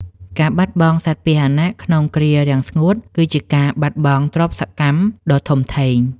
ការបាត់បង់សត្វពាហនៈក្នុងគ្រារាំងស្ងួត គឺជាការបាត់បង់ទ្រព្យសកម្មដ៏ធំធេង។